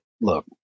look